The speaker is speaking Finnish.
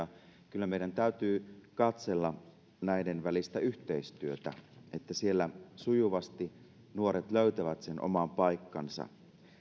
ovat rinnakkain kyllä meidän täytyy katsella näiden välistä yhteistyötä niin että siellä sujuvasti nuoret löytävät sen oman paikkansa